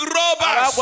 robbers